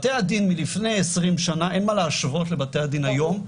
שבתי הדין לפני 20 שנה אין מה להשוות לבתי הדין היום,